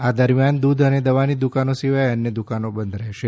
આ દરમિયાન દૂધ અને દવાની દુકાનો સિવાય અન્ય દુકાનો બંધ રહેશે